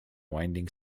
winding